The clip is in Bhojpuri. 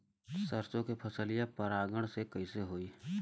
सरसो के फसलिया परागण से कईसे होई?